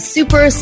Super